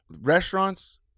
restaurants